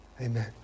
Amen